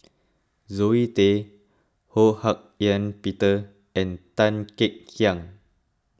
Zoe Tay Ho Hak Ean Peter and Tan Kek Hiang